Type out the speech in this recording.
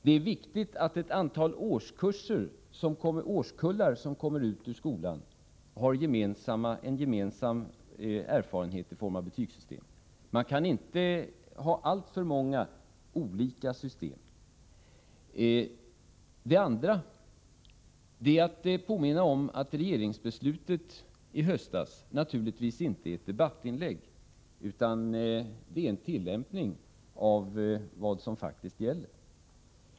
Det är viktigt att ett antal årskullar som kommer ut ur skolan har en gemensam erfarenhet i form av betygssystemet. Man kan inte ha alltför många olika system. Det andra är att jag vill påminna om att regeringsbeslutet i höstas naturligtvis inte är ett debattinlägg utan innebär en tillämpning av vad som faktiskt gäller.